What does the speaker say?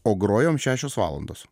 o grojom šešios valandos